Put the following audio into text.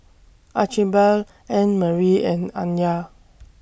Archibald Annmarie and Anya